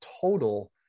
total